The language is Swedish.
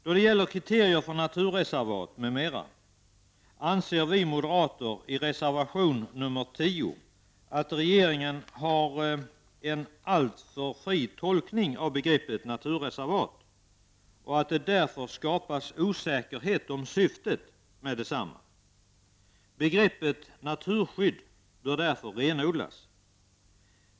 Då det gäller kriterier för naturreservat m.m. anser vi moderater som skrivit under reservation 10 att regeringen har en alltför fri tolkning av begreppet naturreservat och att det därför skapas osäkerhet om syftet med detsamma. Begreppet naturskydd bör därför renodlas.